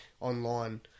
online